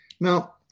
now